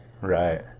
Right